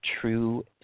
true